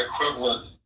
equivalent